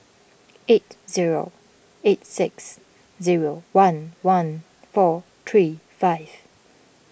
eight zero eight six zero one one four three five